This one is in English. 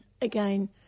again